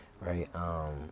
right